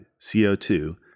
CO2